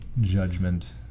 judgment